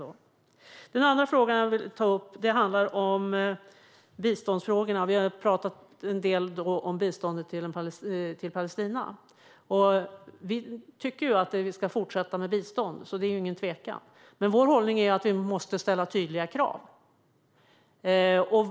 Den andra frågan handlar om biståndet. Vi har talat en del om biståndet till Palestina. Det är ingen tvekan om att vi tycker att vi ska fortsätta ge bistånd, men vår hållning är att vi måste ställa tydliga krav.